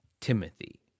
Timothy